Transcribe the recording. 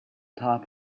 top